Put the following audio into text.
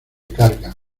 carga